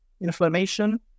inflammation